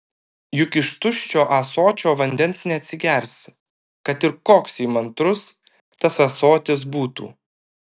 juk iš tuščio ąsočio vandens neatsigersi kad ir koks įmantrus tas ąsotis būtų